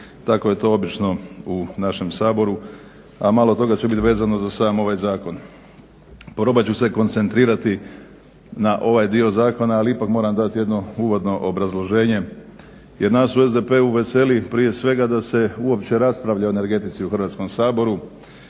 Tako je to obično u našem Saboru, a malo toga će biti vezano za sam ovaj zakon. Probat ću se koncentrirati na ovaj dio zakona, ali ipak moram dati jedno uvodno obrazloženje jer nas u SDP-u veseli prije svega da se uopće raspravlja o energetici u Hrvatskom saboru